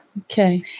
Okay